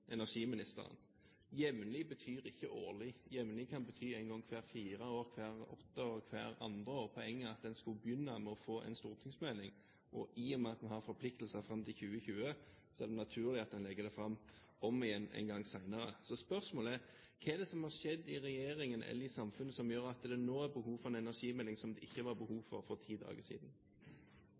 «Jevnlig» betyr ikke årlig; «jevnlig» kan bety en gang hvert fjerde år, hvert åttende år, hvert andre år. Poenget er at en skulle begynne med å få en stortingsmelding. I og med at en har forpliktelser fram til 2020, er det naturlig at en legger det fram om igjen en gang senere. Så spørsmålet er: Hva er det som har skjedd i regjeringen eller i samfunnet som gjør at det nå er behov for en energimelding som det ikke var behov for for ti dager siden?